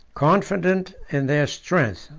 confident in their strength,